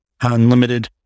Unlimited